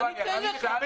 אני אתן לך.